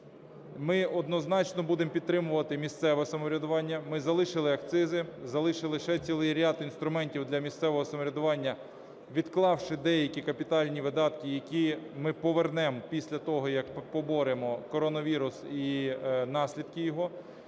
Ми однозначно будемо підтримувати місцеве самоврядування. Ми залишили акцизи. Залишили ще цілий ряд інструментів для місцевого самоврядування, відклавши деякі капітальні видатки, які ми повернемо після того, як поборемо коронавірус і наслідки його.